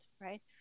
right